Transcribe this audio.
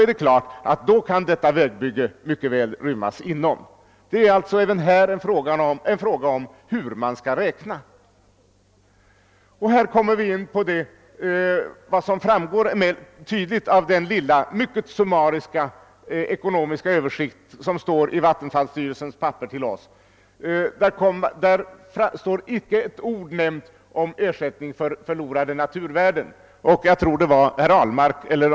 Vi måste konstatera att det går med Sarekfreden som med alla andra pakter om bistånd och evig vänskap. De blir inte långlivade, de måste revideras ganska snart, och det är alltså en sådan revision som jag tror måste ske. Vattenfallsstyrelsen har väl rätt när den säger att det bara är den som följer Sarekfreden — det erkännandet måste vi ge.